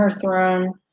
throne